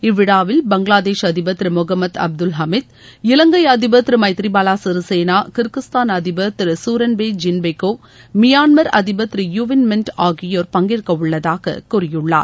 இவ்விழாவில் பங்களாதேஷ் அதிபர் திரு முகமது அப்துல் ஹமீத் இலங்கை அதிபர் திரு எமத்ரி பால சிறிசேனா கிர்கிஸ்தான் அதிபர் திரு கரன்பே ஜீன்பெக்கோவ் மியான்மர் அதிபர் திரு யூ வின் மின்ட் ஆகியோர் பங்கேற்கவுள்ளதாக கூறியுள்ளார்